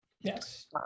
Yes